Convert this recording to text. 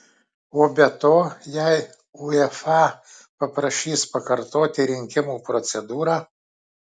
o be to jei uefa paprašys pakartoti rinkimų procedūrą